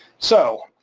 so,